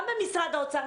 גם במשרד האוצר,